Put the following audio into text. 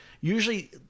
Usually